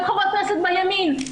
גם חברות כנסת מהימין,